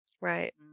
Right